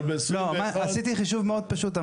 אבל ב-2021 --- לא, עשיתי חישוב מאוד פשוט.